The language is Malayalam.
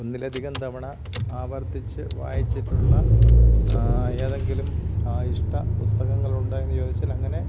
ഒന്നിലധികം തവണ ആവർത്തിച്ച് വായിച്ചിട്ടുള്ള ഏതെങ്കിലും ഇഷ്ട പുസ്തകങ്ങൾ ഉണ്ടോ എന്ന് ചോദിച്ചാൽ അങ്ങനെ